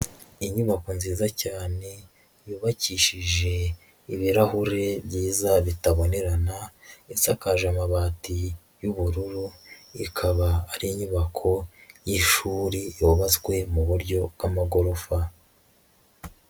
Inyubako nziza cyane yubakishije ibirahuri byiza bitabonerana, isakaje amabati y'ubururu, ikaba ari inyubako y'ishuri yubatswe mu buryo bw'amagorofa.